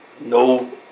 No